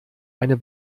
eine